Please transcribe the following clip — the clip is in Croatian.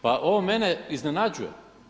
Pa ovo mene iznenađuje.